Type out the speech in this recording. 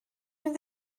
fynd